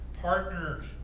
partners